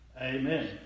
Amen